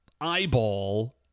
eyeball